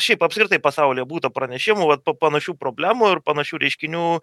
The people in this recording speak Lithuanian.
šiaip apskritai pasaulyje būta pranešimų vat po panašių problemų ir panašių reiškinių